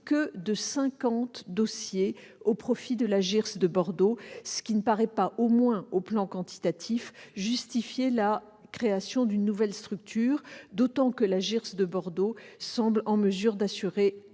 cinquante dossiers au profit de la JIRS de Bordeaux, ce qui ne paraît pas, au moins au plan quantitatif, justifier la création d'une nouvelle structure, et ce d'autant que la JIRS de Bordeaux semble en mesure d'assurer convenablement